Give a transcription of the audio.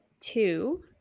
two